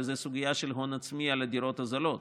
וזה הסוגיה של הון עצמי על הדירות הזולות.